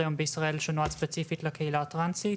היום בישראל שנועד ספציפית לקהילה הטרנסית.